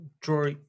draw